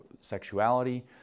sexuality